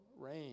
rain